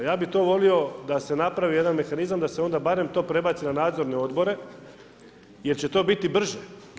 Ja bih tu volio da se napravi jedan mehanizam da se onda barem to prebaci na nadzorne odbore jer će to biti brže.